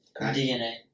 dna